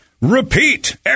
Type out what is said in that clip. repeat